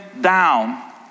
down